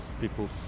people